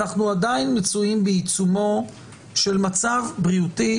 אנחנו עדיין מצויים בעיצומו של מצב בריאותי,